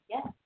Yes